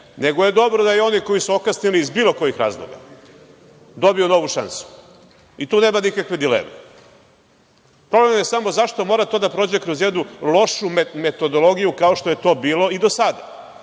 nego je dobro da i oni koji su okasnili iz bilo kojih razloga dobiju novu šansu. Tu nema nikakve dileme. Problem je samo zašto mora to da prođe kroz jednu lošu metodologiju, kao što je to bilo i do sada.